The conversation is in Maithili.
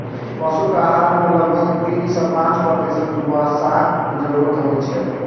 पशुक आहार मे लगभग तीन सं पांच प्रतिशत वसाक जरूरत होइ छै